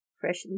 freshly